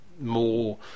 more